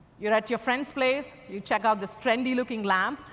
you're at your friend's place, you check out this trendy looking lamp,